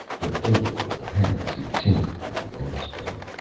the fable of the parents who tinkered with the offspring